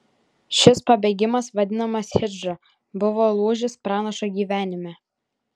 šis pabėgimas vadinamas hidžra buvo lūžis pranašo gyvenime